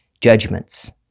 judgments